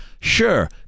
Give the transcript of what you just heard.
sure